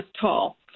tall